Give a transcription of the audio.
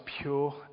pure